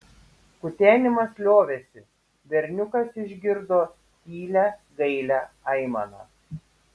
kutenimas liovėsi berniukas išgirdo tylią gailią aimaną